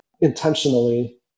intentionally